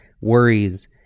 worries